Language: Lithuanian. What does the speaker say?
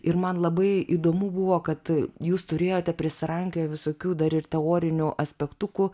ir man labai įdomu buvo kad jūs turėjote prisirankioję visokių dar ir teorinių aspektukų